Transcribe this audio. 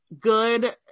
good